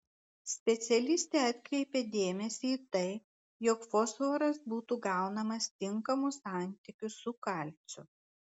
specialistė atkreipia dėmesį į tai jog fosforas būtų gaunamas tinkamu santykiu su kalciu